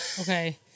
Okay